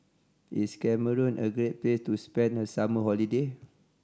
is Cameroon a great place to spend the summer holiday